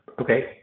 Okay